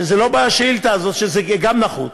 שזה לא בשאילתה הזו, שזה גם נחוץ.